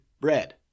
bread